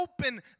open